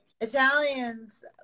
Italians